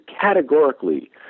categorically